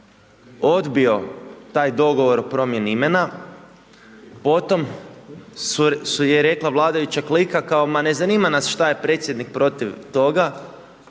odbio taj dogovor o promjeni imena. Potom je rekla vladajuća klika, kao ma ne zanima nas što je predsjednik protiv toga,